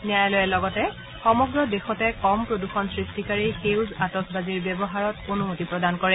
ন্যায়ালয়ে লগতে সমগ্ৰ দেশতে কম প্ৰদূষণ সৃষ্টিকাৰী সেউজ আতজবাজিৰ ব্যৱহাৰত অনুমতি প্ৰদান কৰিছে